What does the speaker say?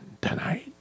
tonight